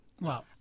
wow